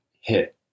hit